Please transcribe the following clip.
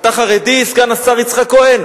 אתה חרדי, סגן השר יצחק כהן?